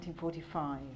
1945